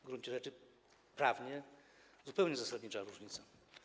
W gruncie rzeczy prawnie zupełnie zasadnicza różnica.